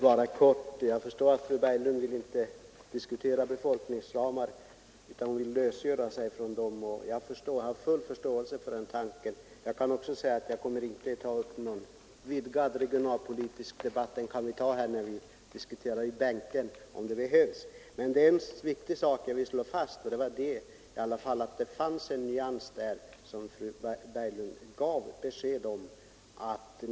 Herr talman! Att fru Berglund inte vill diskutera befolkningsramar utan lösgöra sig från dem har jag full förståelse för. Jag kan också säga att jag inte kommer att ta upp någon vidgad regionalpolitisk debatt — vi kan diskutera i bänken om det behövs. Men det är en viktig sak jag vill slå fast. Det fanns i alla fall en nyans som fru Berglund gav besked om.